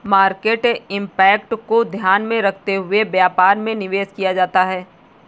market impact को ध्यान में रखते हुए व्यापार में निवेश किया जाता है